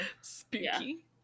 Spooky